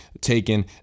taken